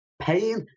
pain